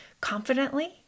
confidently